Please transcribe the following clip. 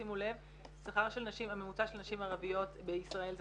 שימו לב, הממוצע של נשים ערביות בישראל זה